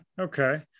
okay